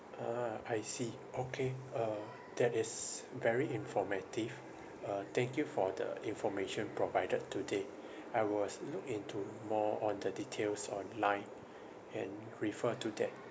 ah I see okay uh that is very informative uh thank you for the information provided today I was look into more on the details online and refer to that